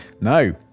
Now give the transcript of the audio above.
No